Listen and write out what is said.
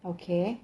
okay